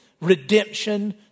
redemption